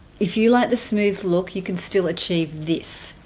if you like the smooth look you can still achieve this